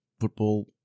football